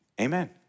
Amen